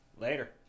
Later